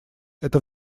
это